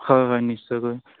হয় হয় নিশ্চয়কৈ